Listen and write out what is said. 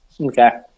okay